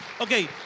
Okay